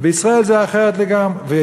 בישראל זה אחרת לגמרי.